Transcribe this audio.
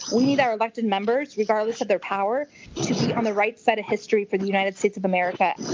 we need our elected members regardless of their power to be on the right side of history for the united states of america.